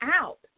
out